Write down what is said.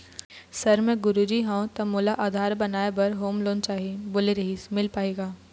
Sir मे एक गुरुजी हंव ता मोला आधार बनाए बर होम लोन चाही बोले रीहिस मील पाही का?